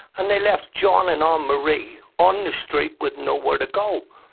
and they left john and um anne-marie on the street with nowhere to go.